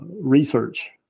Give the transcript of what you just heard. research